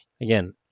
again